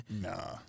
Nah